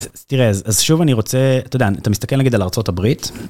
תראה אז שוב אני רוצה, אתה יודע, אתה מסתכל נגיד על ארצות הברית.